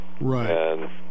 Right